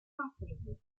profitable